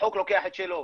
החוק לוקח את שלו.